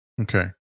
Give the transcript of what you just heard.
Okay